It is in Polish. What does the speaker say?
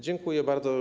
Dziękuję bardzo.